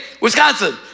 Wisconsin